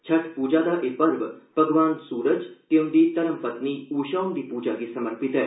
छठ पूजा दा एह पर्व भगवान सूरज ते उंदी धर्म पत्नी उशा हृंदी पूजा गी समर्पित ऐ